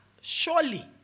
surely